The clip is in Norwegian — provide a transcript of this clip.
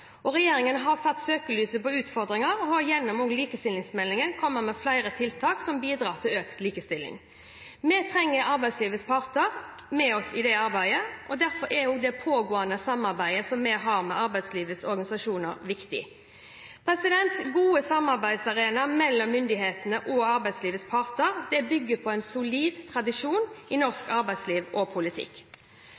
og mangfold står sentralt. Regjeringen har satt søkelyset på utfordringer og har gjennom likestillingsmeldingen kommet med flere tiltak som bidrar til økt likestilling. Vi trenger arbeidslivets parter med oss i det arbeidet. Derfor er det pågående samarbeidet vi har med arbeidslivets organisasjoner, viktig. Gode samarbeidsarenaer mellom myndighetene og arbeidslivets parter bygger på en solid tradisjon i norsk